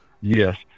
Yes